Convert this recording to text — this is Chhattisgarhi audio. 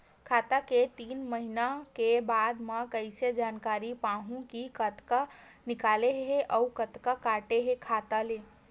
खाता के तीन महिना के बारे मा कइसे जानकारी पाहूं कि कतका निकले हे अउ कतका काटे हे खाता ले?